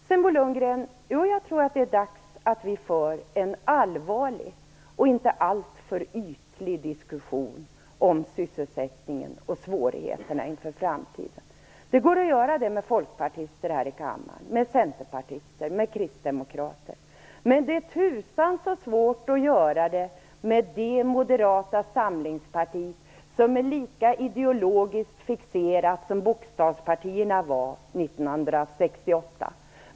Sedan, Bo Lundgren, tror jag att det är dags att vi för en allvarlig och inte alltför ytlig diskussion om sysselsättningen och svårigheterna inför framtiden. Det går det att göra med folkpartister här i kammaren, med centerpartister och med kristdemokrater, men det är tusan så svårt att göra det med det moderata samlingsparti som är lika ideologiskt fixerat som bokstavspartierna var 1968.